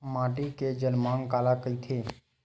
माटी के जलमांग काला कइथे?